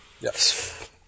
yes